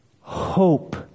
hope